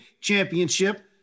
championship